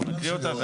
אנחנו נקריא אותה,